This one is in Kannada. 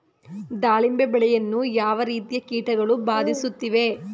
ದಾಳಿಂಬೆ ಬೆಳೆಯನ್ನು ಯಾವ ರೀತಿಯ ಕೀಟಗಳು ಬಾಧಿಸುತ್ತಿವೆ?